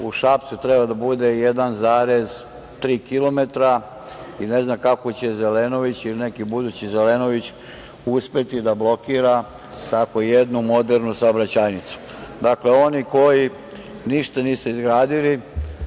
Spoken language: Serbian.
u Šapcu treba da bude 1,3 kilometara i ne znam kako će Zelenović ili neki budući Zelenović uspeti da blokira tako jednu modernu saobraćajnicu. Dakle, oni koji ništa nisu izgradili,